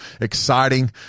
exciting